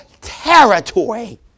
territory